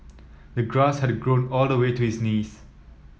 the grass had grown all the way to his knees